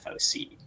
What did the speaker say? FOC